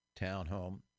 townhome